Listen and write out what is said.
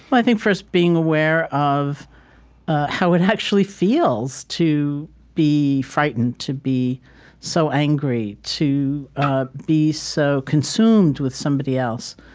but i think first being aware of how it actually feels to be frightened, to be so angry, to ah be so consumed with somebody else,